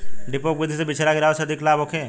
डेपोक विधि से बिचरा गिरावे से अधिक लाभ होखे?